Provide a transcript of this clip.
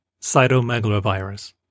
cytomegalovirus